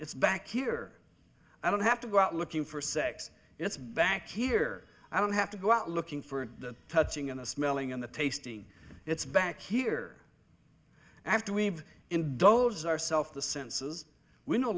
's back here i don't have to go out looking for sex it's back here i don't have to go out looking for that touching in a smelling in the tasting it's back here after we've indows ourself the senses we no